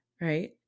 right